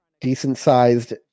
decent-sized